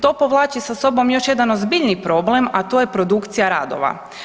To povlači sa sobom još jedan ozbiljniji problem a to je produkcija radova.